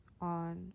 on